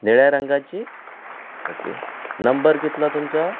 निळ्या रंगाची okay number कितलो तुमचो